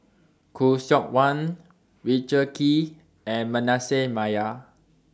Khoo Seok Wan Richard Kee and Manasseh Meyer